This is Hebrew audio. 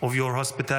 of your hospitality.